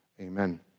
Amen